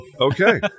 Okay